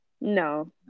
No